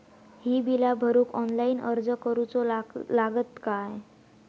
ही बीला भरूक ऑनलाइन अर्ज करूचो लागत काय?